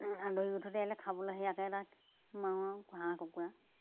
আলহী অতিথি আহিলে খাবলে ইয়াকে এটা তাক মাৰোঁ আৰু হাঁহ কুকুৰা